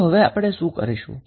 તો હવે આપણે શું કરીશું